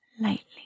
Lightly